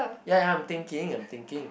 ya ya ya I am thinking I am thinking